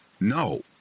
No